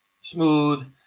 smooth